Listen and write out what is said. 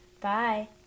Bye